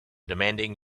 demanding